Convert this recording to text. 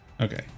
Okay